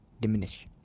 diminish